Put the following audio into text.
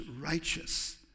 righteous